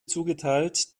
zugeteilt